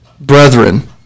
Brethren